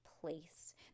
place